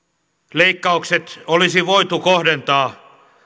leikkaukset olisi voitu kohdentaa